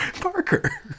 Parker